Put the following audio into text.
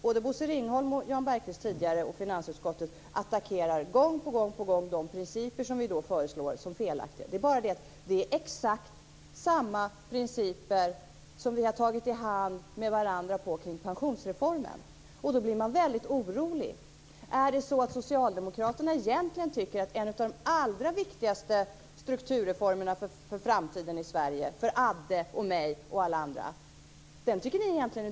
Både Bosse Ringholm och tidigare Jan Bergqvist, och även finansutskottet, attackerar gång på gång de principer vi föreslår. Det är bara det att det är exakt samma principer som vi har tagit varandra i hand på kring pensionsreformen. Då blir man väldigt orolig. Är det så att socialdemokraterna egentligen tycker att en av de allra viktigaste stukturreformerna för Sverige i framtiden, för Adde, mig och alla andra, är dålig?